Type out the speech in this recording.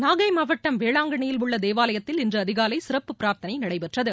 நாகை மாவட்டம் வேளாங்கன்னியில் உள்ள தேவாலயத்தில் இன்று அதிகாலை சிறப்பு பிரார்த்தனை நடைபெற்றது